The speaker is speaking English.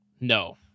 No